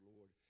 Lord